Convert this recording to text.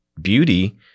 beauty